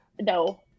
No